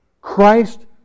Christ